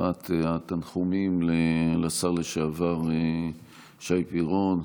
להבעת התנחומים לשר לשעבר שי פירון.